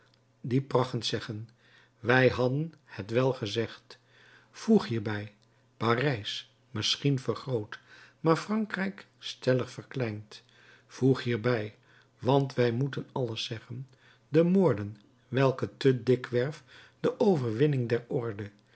die prachend zeggen wij hadden het wel gezegd voeg hierbij parijs misschien vergroot maar frankrijk stellig verkleind voeg hierbij want wij moeten alles zeggen de moorden welke te dikwerf de overwinning der orde